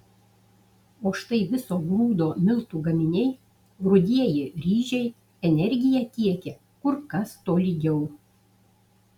o štai viso grūdo miltų gaminiai rudieji ryžiai energiją tiekia kur kas tolygiau